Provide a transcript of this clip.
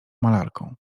malarką